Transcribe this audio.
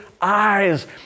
eyes